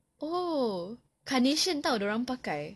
oh carnation tahu dia orang pakai